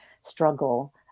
struggle